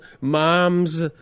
mom's